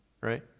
right